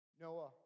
Noah